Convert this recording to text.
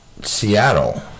Seattle